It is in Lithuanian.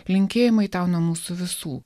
linkėjimai tau nuo mūsų visų